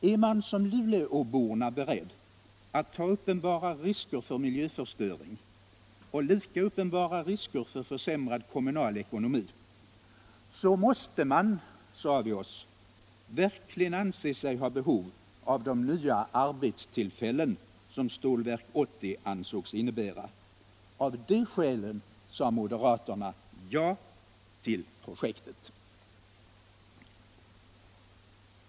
Är man som luleåborna beredd att ta uppenbara risker för miljöförstöring och lika uppenbara risker för försämrad kommunal ekonomi, så måste man, sade vi oss, verkligen anse sig ha behov av de nya arbetstillfällen som Stålverk 80 ansågs innebära. Av de skälen sade moderaterna ja till projektet.